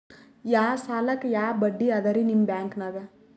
ಯಾ ಸಾಲಕ್ಕ ಯಾ ಬಡ್ಡಿ ಅದರಿ ನಿಮ್ಮ ಬ್ಯಾಂಕನಾಗ?